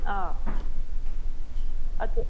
ꯑꯥꯎ ꯑꯗꯨ